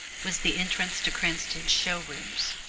was the entrance to cranston's show-rooms.